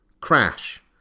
Crash